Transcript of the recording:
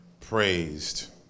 praised